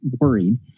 worried